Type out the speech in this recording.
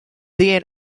then